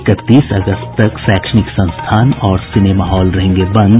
इकतीस अगस्त तक शैक्षणिक संस्थान और सिनेमा हॉल रहेंगे बंद